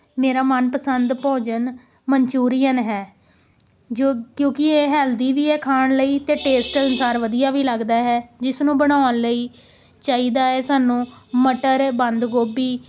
ਮੇਰਾ ਮਨਪਸੰਦ ਭੋਜਨ ਮਨਚੂਰੀਅਨ ਹੈ ਜੋ ਕਿਉਂਕਿ ਇਹ ਹੈਲਥੀ ਵੀ ਹੈ ਖਾਣ ਲਈ ਅਤੇ ਟੇਸਟ ਅਨੁਸਾਰ ਵਧੀਆ ਵੀ ਲੱਗਦਾ ਹੈ ਜਿਸ ਨੂੰ ਬਣਾਉਣ ਲਈ ਚਾਹੀਦਾ ਹੈ ਸਾਨੂੰ ਮਟਰ ਬੰਦ ਗੋਭੀ